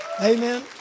Amen